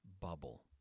bubble